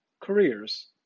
careers